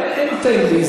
אין "תן לי",